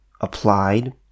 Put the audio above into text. applied